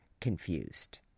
confused